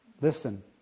Listen